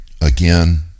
again